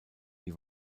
die